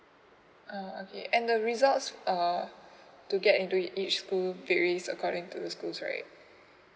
uh okay and the results uh to get into each school varies according to the schools right